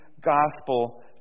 Gospel